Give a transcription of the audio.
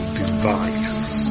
device